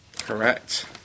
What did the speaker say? Correct